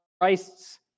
Christ's